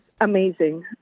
amazing